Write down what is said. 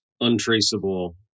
untraceable